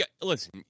listen